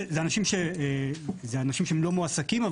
אלה אנשים שהם לא מועסקים,